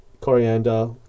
coriander